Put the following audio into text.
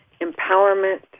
empowerment